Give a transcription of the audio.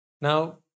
Now